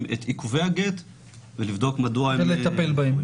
את עיכובי הגט ולבדוק מדוע הם --- ולטפל בהם.